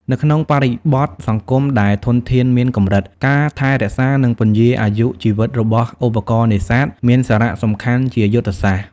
នៅក្នុងបរិបទសង្គមដែលធនធានមានកម្រិត ការថែរក្សា និងពន្យារអាយុជីវិតរបស់ឧបករណ៍នេសាទមានសារៈសំខាន់ជាយុទ្ធសាស្ត្រ។